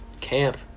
camp